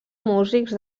músics